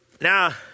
Now